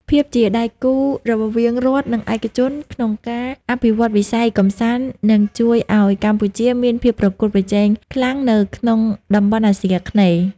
ភាពជាដៃគូរវាងរដ្ឋ និងឯកជនក្នុងការអភិវឌ្ឍវិស័យកម្សាន្ត នឹងជួយឱ្យកម្ពុជាមានភាពប្រកួតប្រជែងខ្លាំងនៅក្នុងតំបន់អាស៊ីអាគ្នេយ៍។